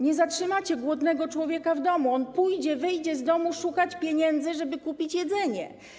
Nie zatrzymacie głodnego człowieka w domu, on pójdzie, wyjdzie z domu szukać pieniędzy, żeby kupić jedzenie.